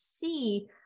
see